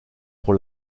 pour